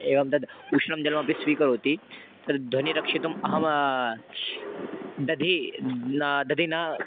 एवं तत् उष्णं जलमपि स्वीकरोमि तद् ध्वनिं रक्षितुम् अहं दधिं दधिं न